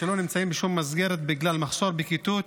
שלא נמצאים בשום מסגרת בגלל מחסור בכיתות.